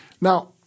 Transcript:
Now